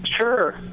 Sure